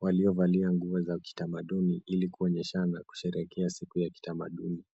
waliovalia nguo za kitamaduni, ili kuonyesha na kusherekea siku ya kitamaduni.